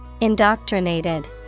Indoctrinated